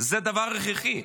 זה דבר הכרחי.